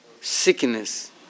sickness